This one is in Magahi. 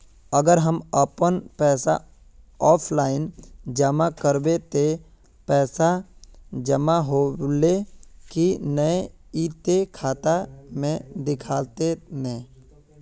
अगर हम अपन पैसा ऑफलाइन जमा करबे ते पैसा जमा होले की नय इ ते खाता में दिखते ने?